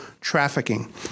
trafficking